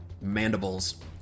Mandibles